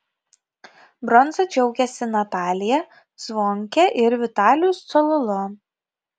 bronza džiaugėsi natalija zvonkė ir vitalijus cololo